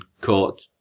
caught